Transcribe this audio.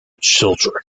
children